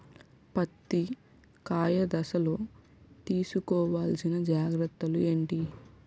పత్తి కాయ దశ లొ తీసుకోవల్సిన జాగ్రత్తలు ఏంటి?